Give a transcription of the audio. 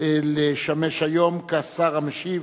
לשמש היום כשר המשיב